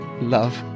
love